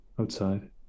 Outside